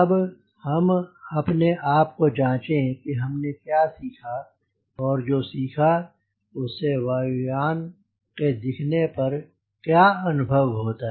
अब हम अपने आप को जांचें कि हमने क्या सीखा और जो सीखा उससे वायु यान के दिखने पर क्या अनुभव होता